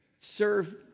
Serve